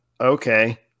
okay